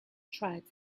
tried